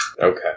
Okay